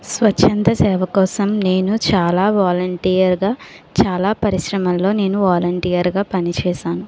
స్వచ్ఛంద సేవ కోసం నేను చాలా వాలంటీర్గా చాలా పరిశ్రమల్లో నేను వాలంటీర్గా పని చేశాను